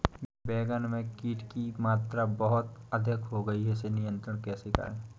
बैगन में कीट की मात्रा बहुत अधिक हो गई है इसे नियंत्रण कैसे करें?